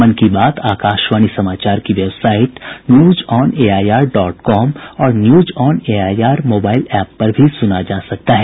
मन की बात आकाशवाणी समाचार की वेबसाइट न्यूजऑनएआईआर डॉट कॉम और न्यूजऑनएआईआर मोबाईल एप पर भी सुना जा सकता है